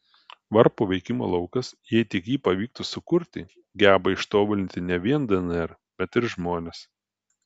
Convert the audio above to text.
varpo veikimo laukas jei tik jį pavyktų sukurti geba ištobulinti ne vien dnr bet ir žmones